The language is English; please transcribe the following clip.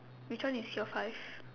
which one is your five